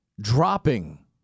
dropping